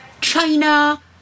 China